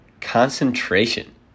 concentration